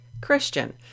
Christian